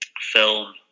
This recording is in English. film